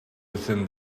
within